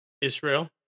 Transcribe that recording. Israel